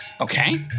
Okay